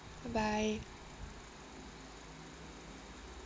bye bye